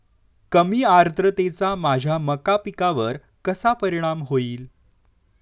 कमी आर्द्रतेचा माझ्या मका पिकावर कसा परिणाम होईल?